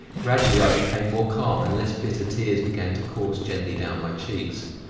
gradually i became more calm and less bitter tears began to course gently down my cheeks.